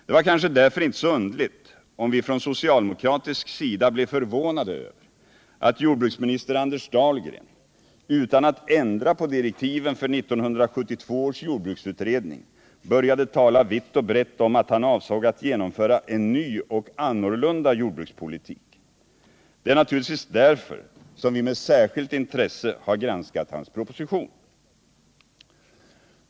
Det var kanske därför inte så underligt om vi från socialdemokratiskt håll blev förvånade över att jordbruksminister Anders Dahlgren utan att ändra på direktiven för 1972 års jordbruksutredning började tala vitt och brett om att han avsåg att genomföra en ny och annorlunda jordbrukspolitik. Det är naturligtvis därför som vi med särskilt intresse har granskat hans proposition.